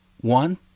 One